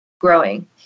growing